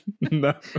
No